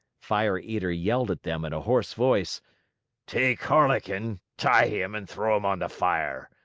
fire eater yelled at them in a hoarse voice take harlequin, tie him, and throw him on the fire.